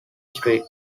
street